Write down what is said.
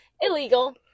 Illegal